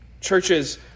Churches